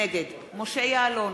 נגד משה יעלון,